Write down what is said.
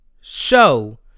show